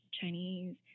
Chinese